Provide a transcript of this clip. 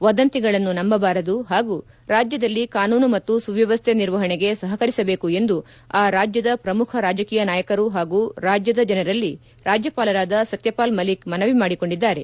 ವದಂತಿಗಳನ್ನು ನಂಬಬಾರದು ಹಾಗೂ ರಾಜ್ಯದಲ್ಲಿ ಕಾನೂನು ಮತ್ತು ಸುವ್ಯವಸ್ಥೆ ನಿರ್ವಹಣೆಗೆ ಸಹಕರಿಸಬೇಕು ಎಂದು ಆ ರಾಜ್ಯದ ಪ್ರಮುಖ ರಾಜಕೀಯ ನಾಯಕರೂ ಹಾಗೂ ರಾಜ್ಯದ ಜನರಲ್ಲಿ ರಾಜ್ಯಪಾಲರಾದ ಸತ್ಯಪಾಲ್ ಮಲ್ಲಿಕ್ ಮನವಿ ಮಾಡಿಕೊಂಡಿದ್ದಾರೆ